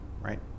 right